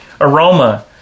Aroma